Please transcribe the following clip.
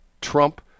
trump